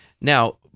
Now